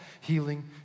healing